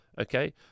okay